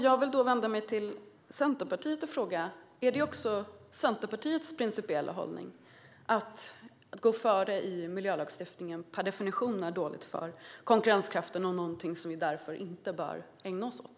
Jag vill vända mig till Centerpartiet och fråga: Är det också Centerpartiets principiella hållning att detta att gå före i miljölagstiftningen per definition är dåligt för konkurrenskraft och därför någonting som vi inte bör ägna oss åt?